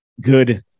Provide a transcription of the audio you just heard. good